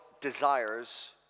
desires